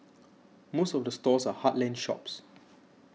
most of the stores are heartland shops